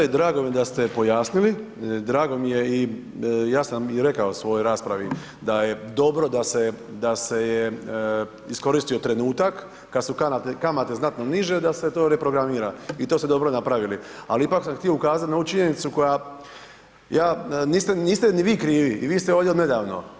Drago mi je da ste pojasnili, drago mi je i ja sam i rekao u svojoj raspravi da je dobro da se je iskoristio trenutak kad su kamate znatno niže da se to reprogramira i to ste dobro napravili, ali ipak sam htio ukazati na ovu činjenicu koja, ja, niste ni vi krivi i vi ste ovdje od nedavno.